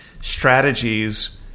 strategies